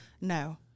No